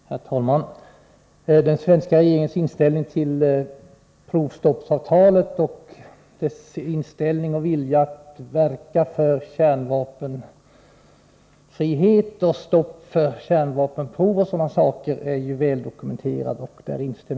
Herr talman! Den svenska regeringens inställning till provstoppsavtalet och dess vilja att verka för kärnvapenfrihet, stopp för kärnvapenprov och sådana saker är väldokumenterad. Om den är vi alla ense.